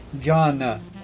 John